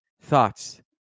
thoughts